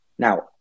now